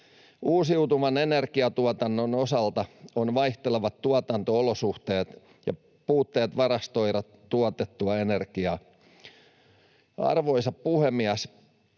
Uusiutuvan energiatuotannon osalta ongelmana ovat vaihtelevat tuotanto-olosuhteet ja puutteet varastoida tuotettua energiaa. Arvoisa puhemies!